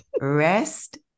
rest